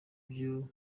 byo